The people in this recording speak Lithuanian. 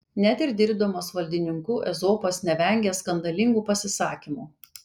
net ir dirbdamas valdininku ezopas nevengia skandalingų pasisakymų